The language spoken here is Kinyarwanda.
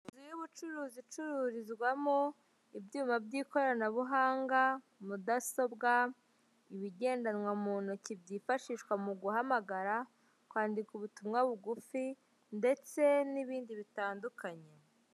Inzu y'ubucuruzi icururizwamo ibyuma by'ikoranabuhanga, mudasobwa, ibigendanwa mu ntoki byifashishwa mu guhamagara, kwandika ubutumwa bugufi ndetse n'ibindi bitandukanye.